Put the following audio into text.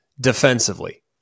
defensively